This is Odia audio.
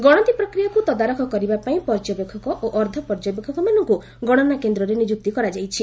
ଗଣତି ପ୍ରକ୍ରିୟାକୁ ତଦାରଖ କରିବା ପାଇଁ ପର୍ଯ୍ୟବେକ୍ଷକ ଓ ଅର୍ଦ୍ଧପର୍ଯ୍ୟବେକ୍ଷକମାନଙ୍କୁ ଗଣନା କେନ୍ଦ୍ରରେ ନିଯୁକ୍ତ କରାଯାଇଛି